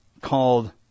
called